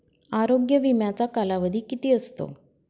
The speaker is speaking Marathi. आरोग्य विम्याचा कालावधी किती असतो?